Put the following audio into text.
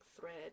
thread